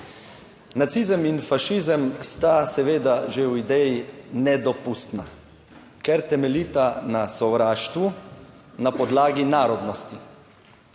Nacizem in fašizem sta seveda že v ideji nedopustna, ker temeljita na sovraštvu na podlagi narodnosti,